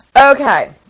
Okay